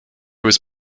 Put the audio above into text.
was